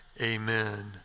amen